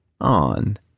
on